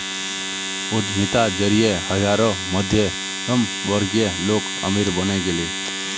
उद्यमिता जरिए हजारों मध्यमवर्गीय लोग अमीर बने गेले